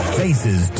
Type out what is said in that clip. faces